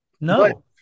No